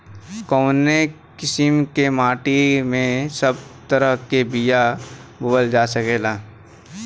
कवने किसीम के माटी में सब तरह के बिया बोवल जा सकेला?